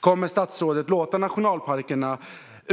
Kommer statsrådet att låta nationalparkerna vara